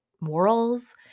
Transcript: morals